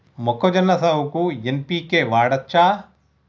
మొక్కజొన్న సాగుకు ఎన్.పి.కే వాడచ్చా?